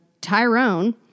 Tyrone